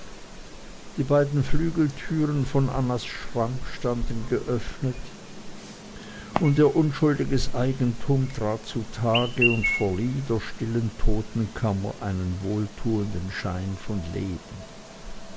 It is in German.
die beiden flügeltüren von annas schrank standen geöffnet und ihr unschuldiges eigentum trat zutage und verlieh der stillen totenkammer einen wohltuenden schein von leben